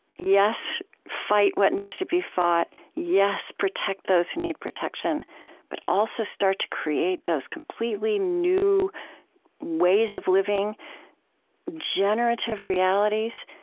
yes, fight what needs to be fought yes, protect those who need protection but also start to create those completely new ways of living generative realities,